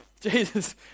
Jesus